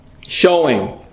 Showing